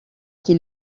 qui